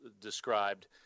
described